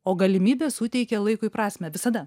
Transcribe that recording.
o galimybė suteikia laikui prasmę visada